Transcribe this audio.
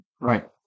Right